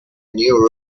new